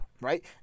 right